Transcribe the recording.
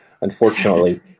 unfortunately